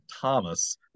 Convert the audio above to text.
Thomas